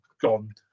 gone